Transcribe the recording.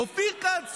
אופיר כץ,